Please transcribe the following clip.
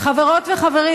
בבקשה, חברת הכנסת מרב